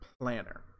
planner